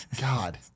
God